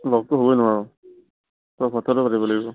লগটো হ'বই নোৱাৰোঁ চব হোৱাটছ এপ্পতে পাতিব লাগিব